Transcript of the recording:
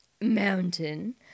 mountain